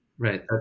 Right